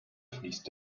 fließt